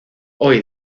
hoy